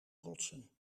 rotsen